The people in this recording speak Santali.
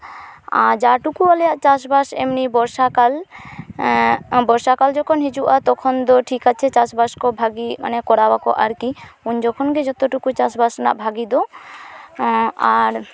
ᱟᱨ ᱡᱟ ᱴᱩᱠᱩ ᱟᱞᱮᱭᱟᱜ ᱪᱟᱥᱼᱵᱟᱥ ᱮᱢᱱᱤ ᱵᱚᱨᱥᱟ ᱠᱟᱞ ᱵᱚᱨᱥᱟ ᱠᱟᱞ ᱡᱚᱠᱷᱚᱱ ᱦᱤᱡᱩᱜᱼᱟ ᱛᱠᱷᱚᱱ ᱫᱚ ᱴᱷᱤᱠ ᱟᱪᱷᱮ ᱪᱟᱥᱵᱟᱥ ᱠᱚ ᱵᱷᱟᱜᱤ ᱢᱟᱱᱮ ᱠᱚᱨᱟᱣᱟᱠᱚ ᱟᱨᱠᱤ ᱩᱱ ᱡᱚᱠᱷᱚᱱ ᱜᱮ ᱡᱚᱛᱚ ᱴᱩᱠᱩ ᱪᱟᱥᱼᱵᱟᱥ ᱨᱮᱱᱟᱜ ᱵᱷᱟᱜᱮ ᱫᱚ ᱟᱨ